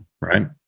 right